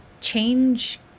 change